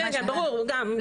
כן, ברור גם.